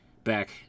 back